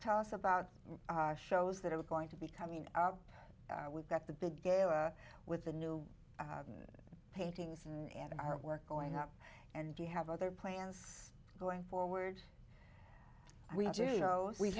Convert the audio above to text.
tell us about shows that are going to be coming out we've got the big gala with the new paintings in artwork going up and do you have other plans going forward we